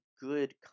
good